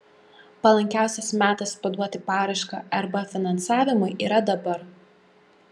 palankiausias metas paduoti paraišką rb finansavimui yra dabar